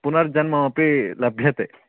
पुनर्जन्म अपि लभ्यते